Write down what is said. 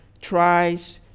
tries